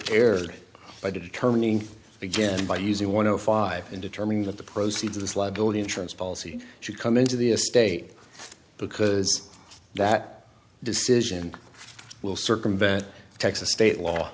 erred by determining again by using one of five in determining that the proceeds of this liability insurance policy should come into the estate because that decision will circumvent texas state law